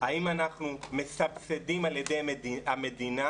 אם אנחנו מסבסדים על ידי המדינה,